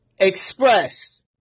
Express